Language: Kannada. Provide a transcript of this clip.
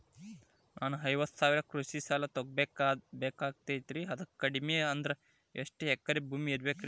ನಾನು ಐವತ್ತು ಸಾವಿರ ಕೃಷಿ ಸಾಲಾ ತೊಗೋಬೇಕಾಗೈತ್ರಿ ಅದಕ್ ಕಡಿಮಿ ಅಂದ್ರ ಎಷ್ಟ ಎಕರೆ ಭೂಮಿ ಇರಬೇಕ್ರಿ?